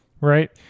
right